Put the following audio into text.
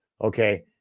okay